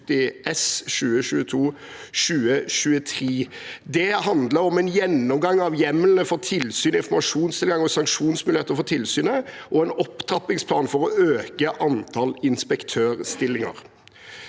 2022–2023. Det handler om en gjennomgang av hjemlene for tilsyn, informasjonstilgang og sanksjonsmuligheter for tilsynet, og om en opptrappingsplan for å øke antallet inspektørstillinger.